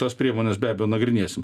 tas priemonės be abejo nagrinėsim